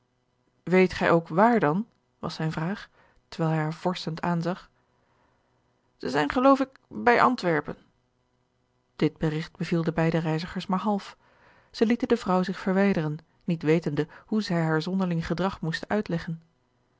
weet gij ook waar dan was zijne vraag terwijl hij haar vorschend aanzag zij zijn geloof ik bij antwerpen dit berigt beviel de beide reizigers maar half zij lieten de vrouw zich verwijderen niet wetende hoe zij haar zonderling gedrag moesten uitleggen